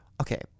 Okay